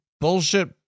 bullshit